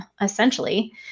essentially